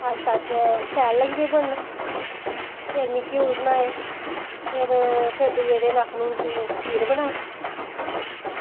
आस्तै आस्तै शैल लग्गी पे बनन फिर में घ्यूर बनाये फिर दूए दिन आक्खन लग्गी तू खीर बनाऽ